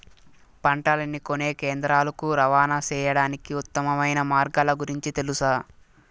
పంటలని కొనే కేంద్రాలు కు రవాణా సేయడానికి ఉత్తమమైన మార్గాల గురించి తెలుసా?